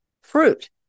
Fruit